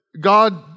God